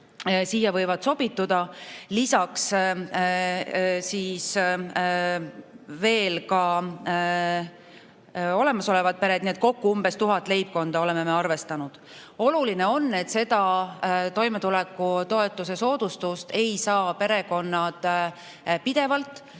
siia võivad sobituda. Lisaks siis ka olemasolevad pered, nii et kokku umbes 1000 leibkonda oleme arvestanud. Oluline on, et seda toimetulekutoetuse soodustust ei saa perekonnad pidevalt,